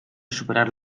superar